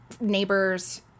neighbors